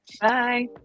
Bye